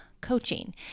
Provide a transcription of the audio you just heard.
coaching